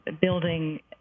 building